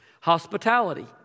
Hospitality